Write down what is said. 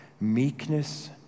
meekness